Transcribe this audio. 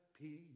peace